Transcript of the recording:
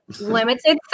limited